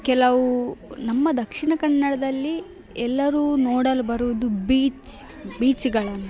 ಕೆಲವು ನಮ್ಮ ದಕ್ಷಿಣ ಕನ್ನಡದಲ್ಲಿ ಎಲ್ಲರೂ ನೋಡಲು ಬರುವುದು ಬೀಚ್ ಬೀಚ್ಗಳನ್ನು